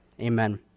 Amen